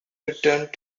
returned